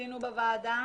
ניסינו בוועדה